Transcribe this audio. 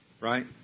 right